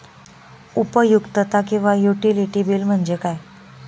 उपयुक्तता किंवा utility bill म्हणजे काय?